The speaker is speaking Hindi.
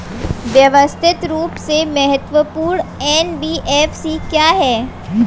व्यवस्थित रूप से महत्वपूर्ण एन.बी.एफ.सी क्या हैं?